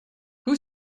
who